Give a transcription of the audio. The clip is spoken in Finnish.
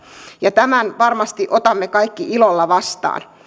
ja tämän varmasti otamme kaikki ilolla vastaan